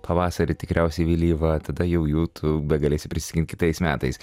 pavasarį tikriausiai vėlyvą tada jau jų tu begalėsi prisimint kitais metais